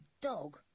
dog